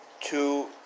two